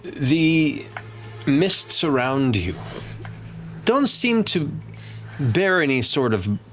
the mists around you don't seem to bear any sort of